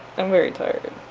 i'm very tired,